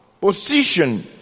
position